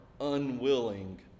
unwilling